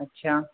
اچھا